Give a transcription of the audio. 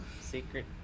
Secret